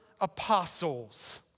apostles